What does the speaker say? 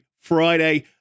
Friday